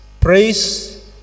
praise